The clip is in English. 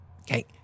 Okay